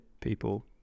people